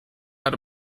out